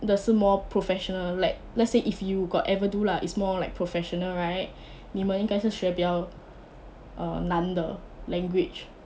的是 more professional like let's say if you got ever do lah it's more like professional right 你们应该是学比较 err 难的 language